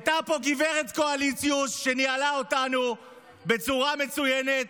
והייתה פה גב' קואליציוש שניהלה אותנו בצורה מצוינת.